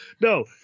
No